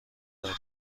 داریم